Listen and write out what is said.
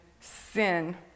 sin